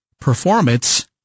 performance